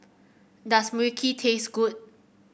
does Mui Kee taste good